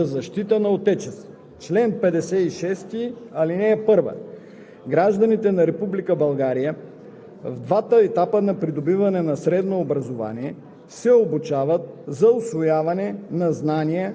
Подготовка на българските граждани за защита на Отечеството Раздел I Обучение на ученици и студенти за защита на Отечеството Чл. 56. (1) Гражданите на